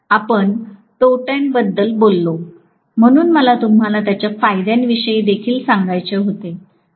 आपण तोट्यांबद्दल बोललो म्हणून मला तुम्हाला त्याच्या फायद्याविषयी देखील सांगायचे होते